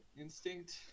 Instinct